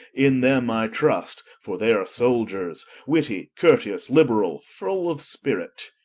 in them i trust for they are souldiors, wittie, courteous, liberall, full of spirit.